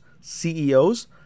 CEOs